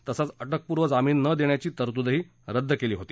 तसंच अटकपूर्व जामिन न देण्याची तरतूदही रद्द केली होती